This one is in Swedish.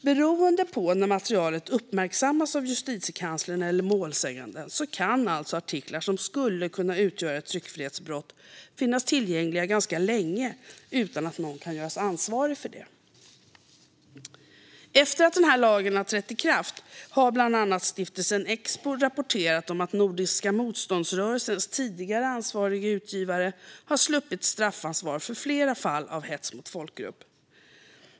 Beroende på när materialet uppmärksammas av Justitiekanslern eller målsäganden kan alltså artiklar som skulle kunna utgöra ett tryckfrihetsbrott finnas tillgängliga ganska länge utan att någon kan göras ansvarig för det. Efter att den här lagen har trätt i kraft har bland annat Stiftelsen Expo rapporterat om att Nordiska motståndsrörelsens tidigare ansvariga utgivare har sluppit straffansvar för flera fall av hets mot folkgrupp.